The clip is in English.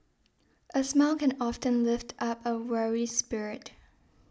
a smile can often lift up a weary spirit